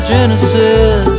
Genesis